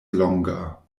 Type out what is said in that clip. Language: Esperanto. longa